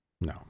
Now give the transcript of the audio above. No